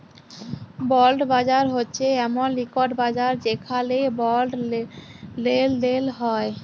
বল্ড বাজার হছে এমল ইকট বাজার যেখালে বল্ড লেলদেল হ্যয়